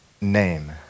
name